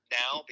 now